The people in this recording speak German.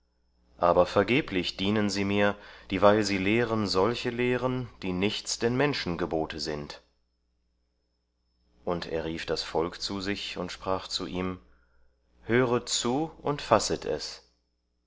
aber vergeblich dienen sie mir dieweil sie lehren solche lehren die nichts denn menschengebote sind und er rief das volk zu sich und sprach zu ihm höret zu und fasset es